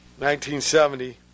1970